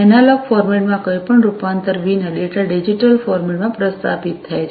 analogue format માં કોઈપણ રૂપાંતર વિના ડેટા ડિજિટલ ફોર્મેટ માં પ્રસારિત થાય છે